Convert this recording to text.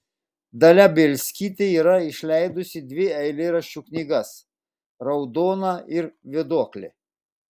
dalia bielskytė yra išleidusi dvi eilėraščių knygas raudona ir vėduoklė